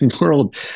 world